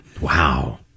Wow